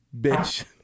bitch